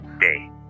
day